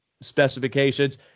specifications